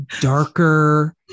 darker